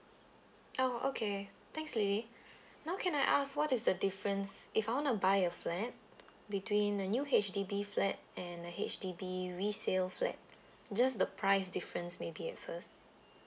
oh okay thanks lily now can I ask what is the difference if I wanna buy a flat between a new H_D_B flat and a H_D_B resale flat just the price difference maybe at first